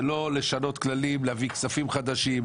זה לא לשנות כללים, להביא כספים חדשים.